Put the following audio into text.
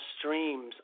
streams